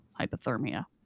hypothermia